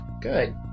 Good